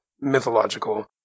mythological